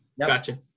Gotcha